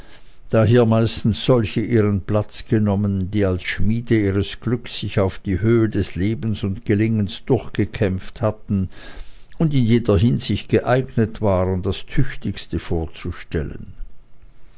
da hier meistens solche ihren platz genommen die als die schmiede ihres glückes sich auf die höhe des lebens und gelingens durchgekämpft hatten und in jeder hinsicht geeignet waren das tüchtigste vorzustellen